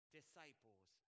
disciples